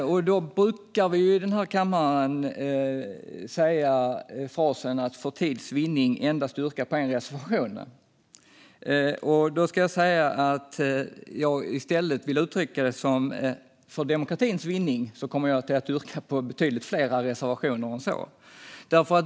I kammaren brukar vi ju då säga att vi för tids vinning endast yrkar bifall till en reservation. I dag vill jag i stället uttrycka det som att jag för demokratins vinning kommer att yrka bifall till betydligt fler reservationer än så.